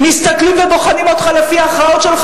מסתכלים ובוחנים אותך לפי ההכרעות שלך